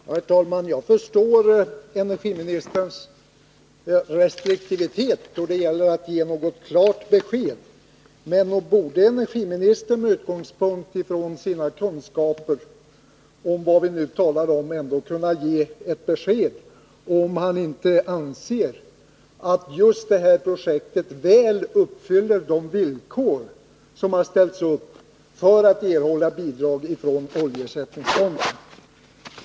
Herr talman! Jag förstår energiministerns restriktivitet då det gäller att ge ett klart besked, men nog borde energiministern med tanke på sina kunskaper om vad vi nu talar om ändå kunna säga om han inte anser att det här projektet väl uppfyller de villkor som har ställts upp för att man skall kunna erhålla bidrag från oljeersättningsfonden.